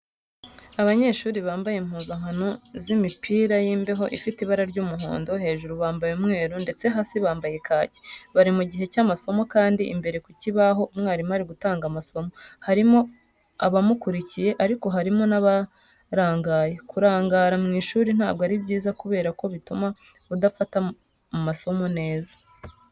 Abanyeshuri bambaye impuzankano z'imipira y'imbeho ifite ibara ry'umuhondo, hejuru bambaye umweru ndetse hasi bambaye kaki. Bari mu gihe cy'amasomo kandi imbere ku kibaho umwarimu ari gutanga amasomo. Harimo abamukurikiye ariko harimo n'abarangaye. Kurangara mu ishuri ntabwo ari byiza kubera ko bituma udafata amasomo neza.